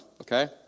okay